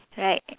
right